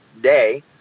day